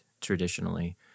traditionally